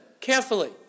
carefully